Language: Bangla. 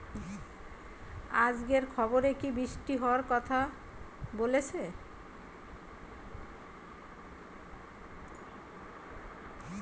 আজকের খবরে কি বৃষ্টি হওয়ায় কথা বলেছে?